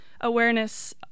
awareness